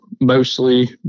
mostly